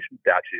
statute